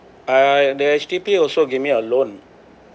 I that H_D_B also gave me a loan